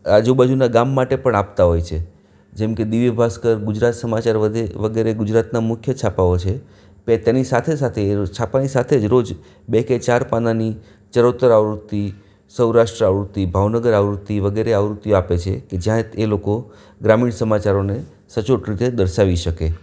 આજુબાજુના ગામ માટે પણ આપતા હોય છે જેમકે દિવ્ય ભાસ્કર ગુજરાત સમાચાર વધે વગેરે ગુજરાતના મુખ્ય છાપાઓ છે તે તેની સાથે સાથે એ છાપાની સાથે જ રોજ બે કે ચાર પાનાની ચરોતર આવૃત્તિ સૌરાષ્ટ્ર આવૃત્તિ ભાવનગર આવૃત્તિ વગેરે આવૃત્તિઓ આપે છે કે જ્યાં એ લોકો ગ્રામીણ સમચારોને સચોટ રીતે દર્શાવી શકે